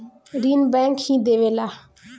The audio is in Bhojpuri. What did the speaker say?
ऋण बैंक ही देवेला